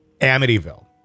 Amityville